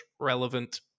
relevant